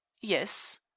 yes